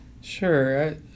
sure